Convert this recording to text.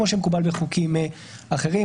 כפי שמקובל בחוקים אחרים.